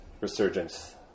resurgence